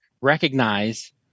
recognize